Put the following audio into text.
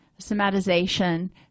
somatization